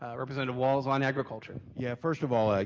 ah representative walz, on agriculture. yeah, first of all, like